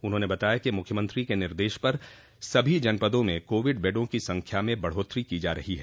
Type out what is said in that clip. उन्होंने बताया कि मुख्यमंत्री के निर्देश पर सभी जनपदों में कोविड बेडा की संख्या में बढ़ोत्तरी की जा रही है